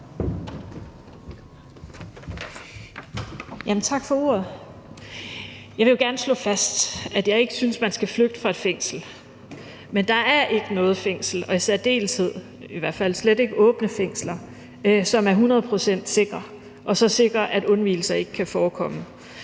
Jeg vil gerne slå fast, at jeg ikke synes, at man skal flygte fra et fængsel, men der er ikke noget fængsel og slet ikke et åbent fængsel, der er et hundrede procent sikkert og så sikkert, at undvigelser ikke kan forekomme.